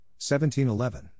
1711